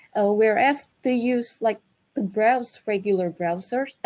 ah we are asked to use like to browse, regular browser,